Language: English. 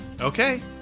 Okay